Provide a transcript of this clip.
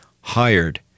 hired